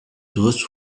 those